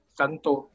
kanto